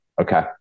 Okay